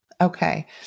Okay